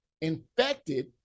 infected